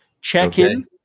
Check-in